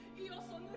he also